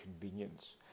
convenience